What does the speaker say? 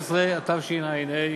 ו-2016 (תיקוני חקיקה להשגת יעדי התקציב),